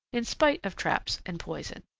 in spite of traps and poison.